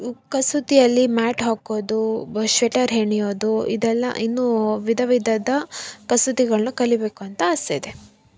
ಕಸೂತಿಯಲ್ಲಿ mat ಹಾಕೋದು ಶೆಟರ್ ಹೆಣಿಯೋದು ಇದೆಲ್ಲ ಇನ್ನೂ ವಿಧ ವಿಧದ ಕಸೂತಿಗಳನ್ನ ಕಲಿಯಬೇಕು ಅಂತ ಆಸೆ ಇದೆ